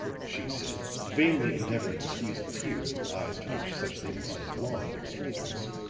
she said, vainly endeavoring to squeeze a tear from eyes to which such things had long been strangers,